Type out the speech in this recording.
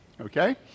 Okay